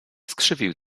skrzywił